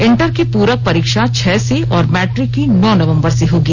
inter की पूरक परीक्षा छह से और मैट्रिक की नौ नवम्बर से होगी